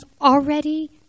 already